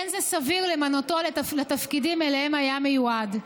לא סביר למנותו לתפקידים שאליהם היה מיועד.